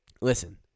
listen